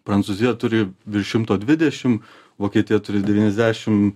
prancūzija turi virš šimto dvidešim vokietija turi devyniasdešim